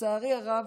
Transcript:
לצערי הרב,